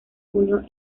junio